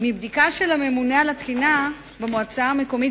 מבדיקה של הממונה על התקינה במועצה המקומית